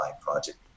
project